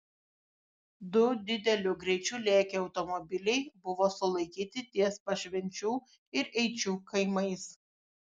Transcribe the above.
du dideliu greičiu lėkę automobiliai buvo sulaikyti ties pašvenčių ir eičių kaimais